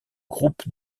groupes